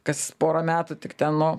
kas porą metų tik ten nuo